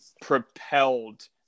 propelled